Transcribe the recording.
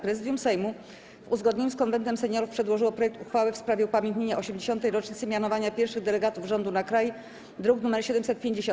Prezydium Sejmu, w uzgodnieniu z Konwentem Seniorów, przedłożyło projekt uchwały w sprawie upamiętnienia 80. rocznicy mianowania pierwszych delegatów rządu na kraj, druk nr 750.